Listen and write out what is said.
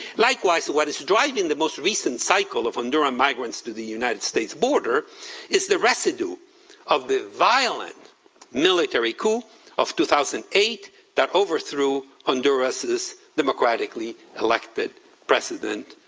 likewise, what is driving the most recent cycle of honduran migrants to the united states border is the residue of the violent military coup of two thousand and eight that overthrew honduras's democratically elected president,